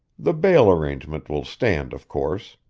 the bail arrangement will stand, of course.